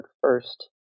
first